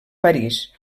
parís